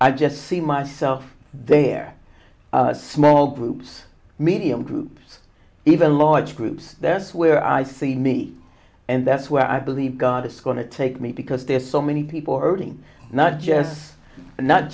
i just see myself there small groups medium groups even large groups that's where i see me and that's where i believe god is going to take me because there are so many people hurting not just